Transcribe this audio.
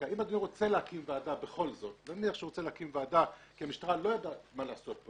אדוני רוצה להקים ועדה כי המשטרה לא יודעת מה לעשות,